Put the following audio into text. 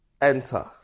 enter